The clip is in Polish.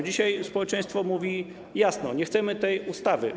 Dzisiaj społeczeństwo mówi jasno: Nie chcemy tej ustawy.